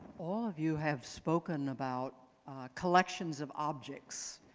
all of you have spoken about collections of objects,